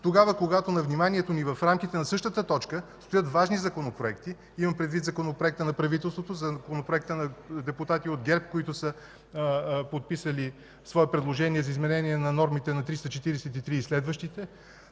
тогава когато на вниманието ни в рамките на същата точка стоят важни законопроекти, имам предвид Законопроекта на правителството, Законопроекта на депутати от ГЕРБ, които са подписали свое предложение за изменение на нормите на чл. 343 и следващите,